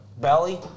belly